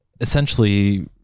essentially